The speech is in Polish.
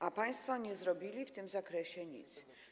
A państwo nie zrobili w tym zakresie nic.